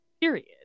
period